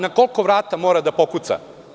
Na koliko vrata mora da pokuca?